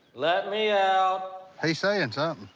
let me out. he's saying and